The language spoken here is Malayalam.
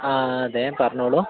ആ അതെ പറഞ്ഞോളൂ